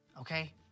okay